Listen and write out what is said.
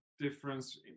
difference